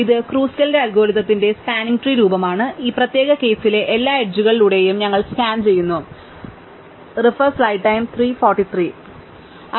അതിനാൽ ഇത് ക്രൂസ്കലിന്റെ അൽഗോരിതത്തിന്റെ സ്പാനിങ് ട്രീ രൂപമാണ് ഈ പ്രത്യേക കേസിലെ എല്ലാ എഡ്ജുകൾ കളിലൂടെയും ഞങ്ങൾ സ്കാൻ ചെയ്യുന്നു വഴിയിൽ ഞങ്ങൾ കപ്ലർ ഉപേക്ഷിച്ചു